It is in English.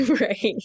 Right